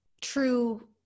true